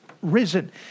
risen